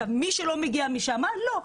מי שלא מגיע משם אז לא.